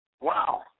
Wow